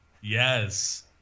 Yes